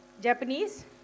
Japanese